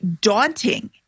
daunting